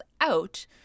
out